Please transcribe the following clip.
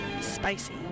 Spicy